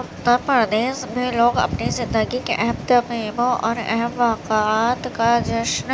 اتّر پردیش میں لوگ اپنے زندگی کے اہم ترمیموں اور اہم واقعات کا جشن